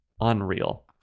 Unreal